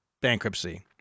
bankruptcy